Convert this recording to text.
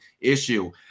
issue